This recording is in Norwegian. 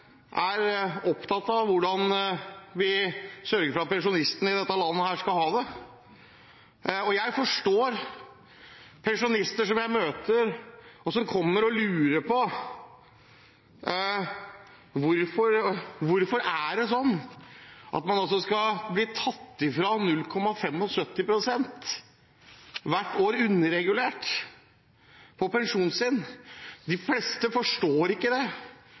er opptatt av hvordan vi sørger for at pensjonistene i dette landet skal ha det. Jeg forstår pensjonister som jeg møter, og som lurer på hvorfor det er sånn at man skal bli fratatt 0,75 pst. hvert år ved underregulering av pensjonen. De fleste forstår ikke det,